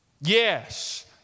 Yes